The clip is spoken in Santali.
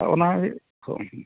ᱚᱱᱟᱜᱮ ᱛᱚ